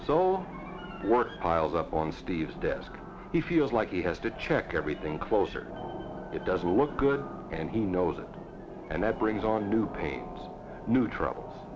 solo work piled up on steve's desk he feels like he has to check everything closer it doesn't look good and he knows it and that brings on new pain new trouble